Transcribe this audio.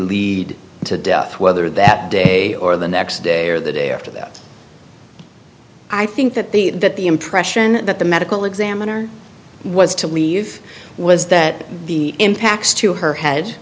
lead to death whether that day or the next day or the day after that i think that the that the impression that the medical examiner was to leave was that the impacts to her head